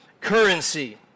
currency